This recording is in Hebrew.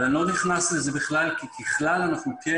אבל אני לא נכנס לזה בכלל כי ככלל אנחנו כן